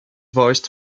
voiced